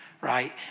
right